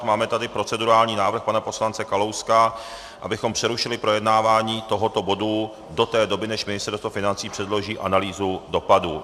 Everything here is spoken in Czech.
Máme tady procedurální návrh pana poslance Kalouska, abychom přerušili projednávání tohoto bodu do té doby, než Ministerstvo financí předloží analýzu dopadů.